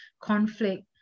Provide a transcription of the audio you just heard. conflict